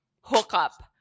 hookup